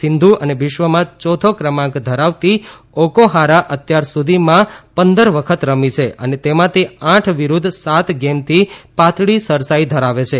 સિંધુ અને વિશ્વમાં યોથો ક્રમાંક ધરાવતી ઓક્રહારા સાથે અત્યાર સુધીમાં પંદર વખત રમી છે અને તેમાં તે આઠ વિરૂધ્ધ સાત ગેમથી પાતળી સરસાઈ ધરાવે છે